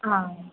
हा